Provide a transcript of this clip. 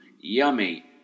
yummy